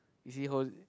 is it hose